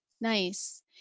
nice